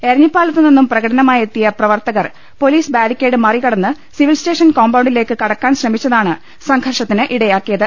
എരഞ്ഞിപ്പാലത്തുനിന്നും പ്രകടനമായെത്തിയ പ്രവർത്തകർ police barricade മറികടന്ന് ് സിവിൽ സ് റ്റേഷൻ കോമ്പൌണ്ടിലേക്ക് കടയ്ക്കാൻ ശ്രമിച്ചതാണ് സംഘർഷത്തിനിടയാക്കിയത്